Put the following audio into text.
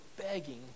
begging